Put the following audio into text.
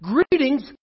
Greetings